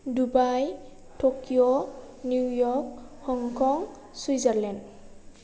Dubai Tokyo New York Hong Kong Switzerland